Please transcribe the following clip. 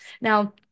Now